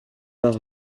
par